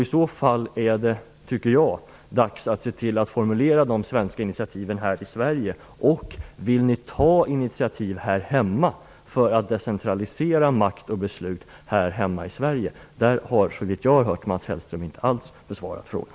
I så fall är det dags formulera de svenska initiativen här i Sverige. Vidare: Vill ni ta initiativ här hemma för att decentralisera makt och beslut i Sverige? Såvitt jag har hört har Mats Hellström inte alls besvarat den frågan.